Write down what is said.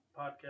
podcast